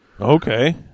Okay